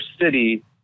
city